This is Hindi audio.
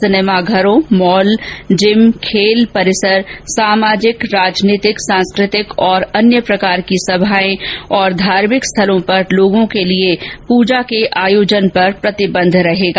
सिनेमाघरों मॉल जिम खेल परिसर सामाजिक राजनीतिक सांस्कृतिक और अन्य प्रकार सभाएं और धार्मि स्थलों पर लोगों के लिए पूजा के आयोजन पर प्रतिबंध रहेगा